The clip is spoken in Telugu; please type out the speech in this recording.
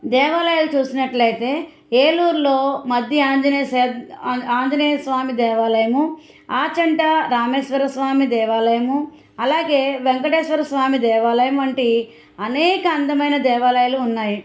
దేవాలయాలు చూసినట్లయితే ఏలూరులో మధ్య ఆంజనేయ ఆంజనేయ స్వామి దేవాలయము ఆచంట రామేశ్వర స్వామి దేవాలయము అలాగే వెంకటేశ్వర స్వామి దేవాలయం వంటి అనేక అందమైన దేవాలయాలు ఉన్నాయి